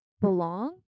belong